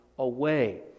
away